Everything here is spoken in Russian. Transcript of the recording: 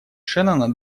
шеннона